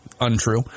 untrue